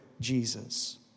Jesus